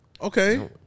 Okay